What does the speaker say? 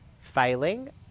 failing